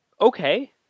okay